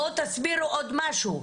בואו תסבירו משהו.